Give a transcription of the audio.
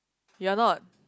you are not